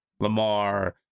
Lamar